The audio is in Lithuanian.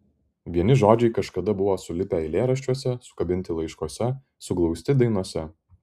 vieni žodžiai kažkada buvo sulipę eilėraščiuose sukabinti laiškuose suglausti dainose